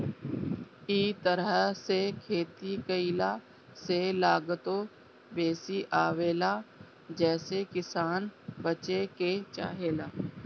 इ तरह से खेती कईला से लागतो बेसी आवेला जेसे किसान बचे के चाहेला